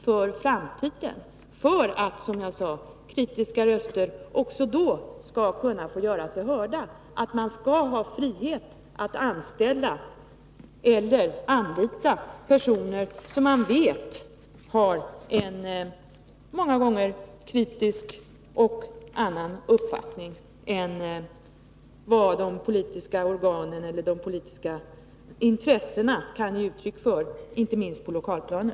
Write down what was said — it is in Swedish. För att kritiska röster också i framtiden skall kunna göra sig hörda är det viktigt att man har frihet att anställa eller anlita personer som man vet har en många gånger kritisk uppfattning och en annan uppfattning än vad de politiska organen eller de politiska intressena kan ge uttryck för, inte minst på det lokala planet.